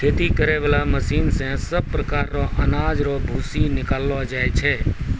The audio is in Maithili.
खेती करै बाला मशीन से सभ प्रकार रो अनाज रो भूसी निकालो जाय छै